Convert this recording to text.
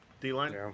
D-Line